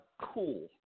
cool